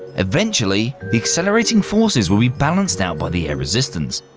eventually, the accelerating forces will be balanced out by the air resistance,